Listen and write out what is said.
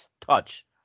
touch